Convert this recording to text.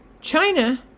China